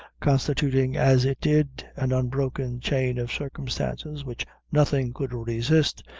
constituting, as it did, an unbroken chain of circumstances which nothing could resist,